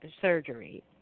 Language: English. surgery